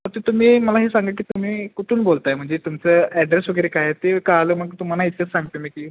फक्त तुम्ही मला हे सांगा की तुम्ही कुठून बोलताय म्हणजे तुमचं ॲड्रेस वगैरे काय आहे ते का आलं मग तुम्हाला ह्याच्यात सांगते मी की